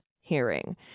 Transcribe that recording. hearing